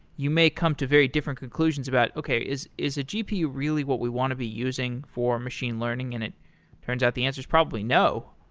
you may come to very different conclusions about, okay. is is a gpu really what we want to be using for machine learning? and it turns out the answer is probably no.